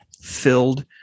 filled